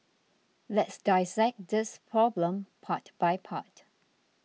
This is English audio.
let's dissect this problem part by part